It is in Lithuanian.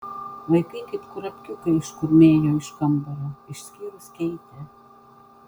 vaikai kaip kurapkiukai iškurnėjo iš kambario išskyrus keitę